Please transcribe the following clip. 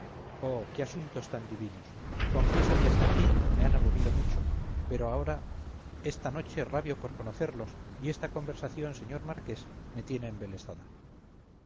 oh qué asuntos tan divinos confieso que hasta aquí me han aburrido mucho pero ahora esta noche rabio por conocerlos y esta conversación señor marqués me tiene embelesada